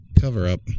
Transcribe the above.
cover-up